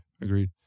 agreed